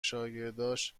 شاگرداش